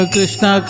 Krishna